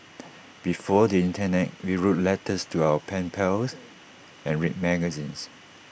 before the Internet we wrote letters to our pen pals and read magazines